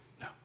No